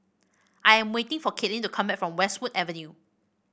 I'm waiting for Kaitlynn to come back from Westwood Avenue